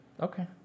okay